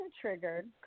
triggered